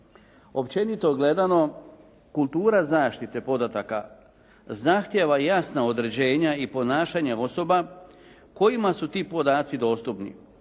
Općenito gledano kultura zaštite podataka zahtjeva jasna određenja i ponašanje osoba kojima su ti podaci dostupni.